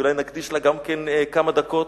שאולי נקדיש לה גם כמה דקות,